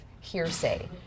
hearsay